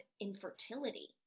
infertility